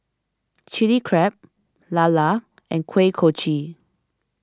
Chilli Crab Lala and Kuih Kochi